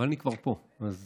אני כבר פה, אז